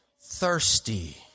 thirsty